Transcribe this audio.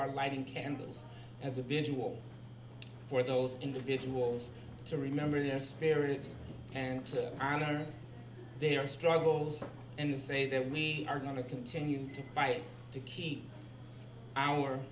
are lighting candles as a vigil for those individuals to remember your spirit and to honor their struggles and say that we are going to continue to fight to keep our